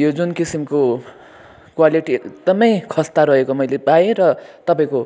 यो जुन किसिमको क्वालिटी एकदमै खस्ता रहेको मैले पाएँ र तपाईँको